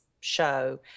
show